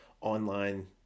online